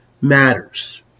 matters